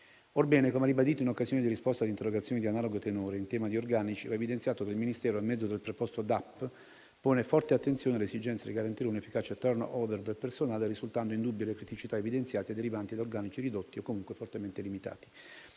Orbene, come ribadito in occasione di risposte a interrogazioni di analogo tenore, in tema di organici, va evidenziato che il Ministero, a mezzo del preposto dipartimento dell'amministrazione penitenziaria (DAP), pone forte attenzione all'esigenza di garantire un efficace *turnover* del personale, risultando indubbie le criticità evidenziate derivanti da organici ridotti o comunque fortemente limitati.